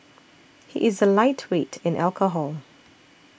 he is a lightweight in alcohol